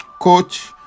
coach